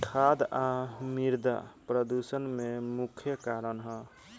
खाद आ मिरदा प्रदूषण के मुख्य कारण ह